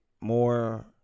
more